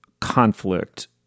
conflict